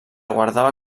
guardava